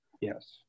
Yes